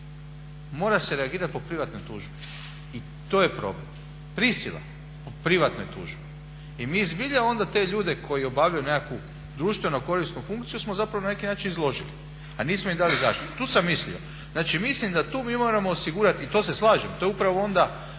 mora se reagirat po privatnoj tužbi i to je problem. Prisila u privatnoj tužbi. I mi zbilja onda te ljude koji obavljaju nekakvu društveno-korisnu funkciju smo zapravo na neki način izložili, a nismo im dali zaštitu. Tu sam mislio, znači mislim da tu mi moramo osigurat i to se slažem, to je upravo onda